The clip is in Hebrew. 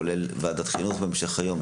כולל בוועדת החינוך בהמשך היום,